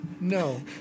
no